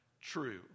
true